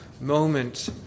moment